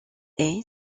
haye